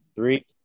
Three